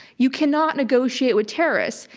you cannot negotiate with terrorists.